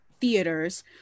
theaters